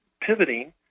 pivoting